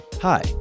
Hi